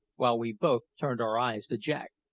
while we both turned our eyes to jack,